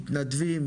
מתנדבים,